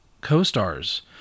co-stars